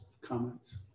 comments